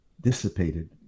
dissipated